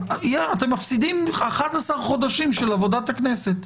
אתם מפסידים 11 חודשים של עבודת הכנסת.